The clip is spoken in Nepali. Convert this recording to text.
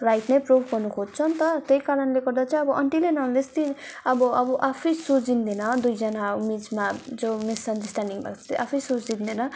राइट नै प्रुफ गर्नु खोज्छ नि त त्यही कारणले गर्दाखेरि चाहिँ अब अनटिल एन्ड अनलेस ती अब अब आफै सुल्झिँदैन दुईजना बिचमा जो मिसअन्डर्सट्यान्डिङ भएको छ त्यो अब आफै सुल्झिँदैन